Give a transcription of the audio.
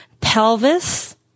pelvis